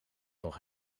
nog